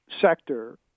sector